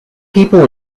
people